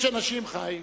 חיים,